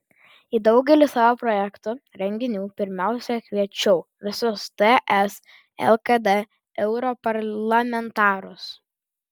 į daugelį savo projektų renginių pirmiausia kviečiau visus ts lkd europarlamentarus